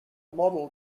model